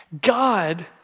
God